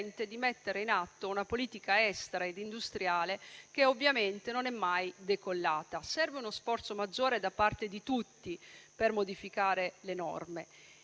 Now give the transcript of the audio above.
di mettere in atto una politica estera e industriale che ovviamente non è mai decollata. Serve uno sforzo maggiore da parte di tutti per modificare le norme.